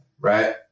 right